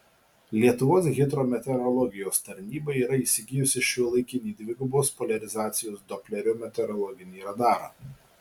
lietuvos hidrometeorologijos tarnyba yra įsigijusi šiuolaikinį dvigubos poliarizacijos doplerio meteorologinį radarą